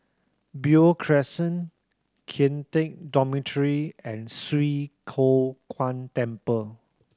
Beo Crescent Kian Teck Dormitory and Swee Kow Kuan Temple